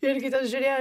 irgi ten žiūrėjo